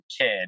kid